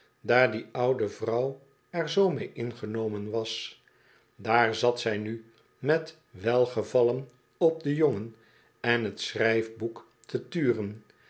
daar die oude vrouw er zoo mee ingenomen was daar zat zij nu met welgevallen op den jongen en t schrijfboek te turen